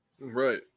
Right